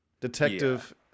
detective